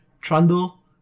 Trundle